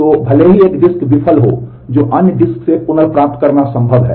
तो भले ही एक डिस्क विफल हो जो अन्य डिस्क से पुनर्प्राप्त करना संभव है